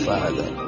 Father